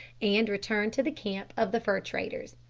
and return to the camp of the fur-traders.